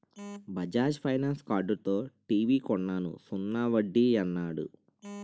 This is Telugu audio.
బజాజ్ ఫైనాన్స్ కార్డుతో టీవీ కొన్నాను సున్నా వడ్డీ యన్నాడు